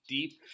Deep